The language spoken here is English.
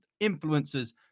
influencers